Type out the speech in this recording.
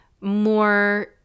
more